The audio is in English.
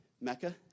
Mecca